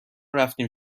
رفتیم